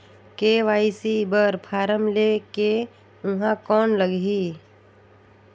KYC बर form ले के ऊहां कौन लगही?